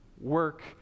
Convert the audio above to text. Work